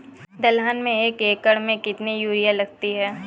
दलहन में एक एकण में कितनी यूरिया लगती है?